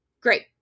Great